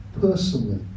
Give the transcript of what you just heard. personally